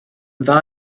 dda